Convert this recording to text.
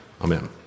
Amen